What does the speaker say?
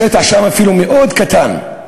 השטח שם אפילו מאוד קטן.